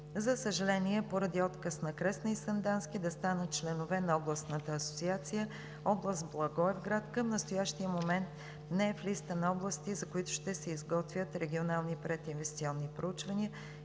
За съжаление, поради отказ на Кресна и Сандански да станат членове на Областната асоциация, област Благоевград към настоящия момент не е в листа на области, за които ще се изготвят регионални прединвестиционни проучвания,